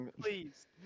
Please